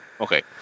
Okay